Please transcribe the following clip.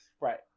Right